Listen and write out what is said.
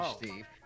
Steve